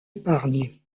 épargné